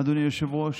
אדוני היושב-ראש.